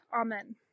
Amen